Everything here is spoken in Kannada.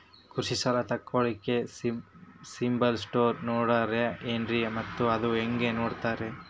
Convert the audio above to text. ಕೃಷಿ ಸಾಲ ತಗೋಳಿಕ್ಕೆ ಸಿಬಿಲ್ ಸ್ಕೋರ್ ನೋಡ್ತಾರೆ ಏನ್ರಿ ಮತ್ತ ಅದು ಹೆಂಗೆ ನೋಡ್ತಾರೇ?